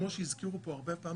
כמו שהזכירו פה הרבה פעמים,